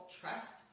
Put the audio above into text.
trust